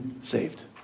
saved